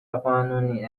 قانونی